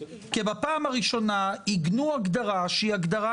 כבפעם הראשונה עיגנו הגדרה שהיא הגדרה